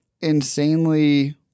insanely